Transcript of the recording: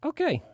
Okay